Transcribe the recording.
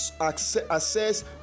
access